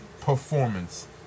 performance